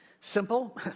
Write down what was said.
Simple